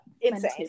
Insane